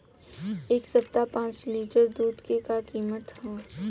एह सप्ताह पाँच लीटर दुध के का किमत ह?